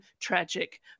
tragic